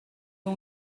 اون